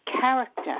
character